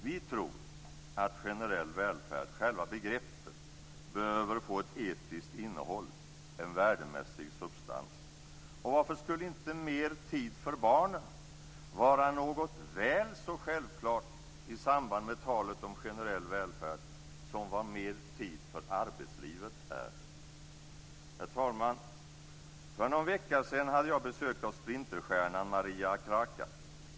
Vi tror att själva begreppet generell välfärd behöver få ett etiskt innehåll, en värdemässig substans. Och varför skulle inte mer tid för barnen vara något väl så självklart i samband med talet om generell välfärd som mer tid för arbetslivet är? Herr talman! För någon vecka sedan hade jag besök av sprinterstjärnan Maria Akraka.